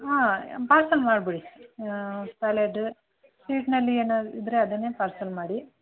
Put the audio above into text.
ಹಾಂ ಪಾರ್ಸಲ್ ಮಾಡ್ಬಿಡಿ ಸಾಲ್ಯಾಡ್ ಸ್ವೀಟಿನಲ್ಲಿ ಏನಾದರು ಇದ್ದರೆ ಅದನ್ನೇ ಪಾರ್ಸಲ್ ಮಾಡಿ